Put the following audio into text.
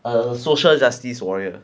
err social justice warrior